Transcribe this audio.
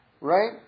right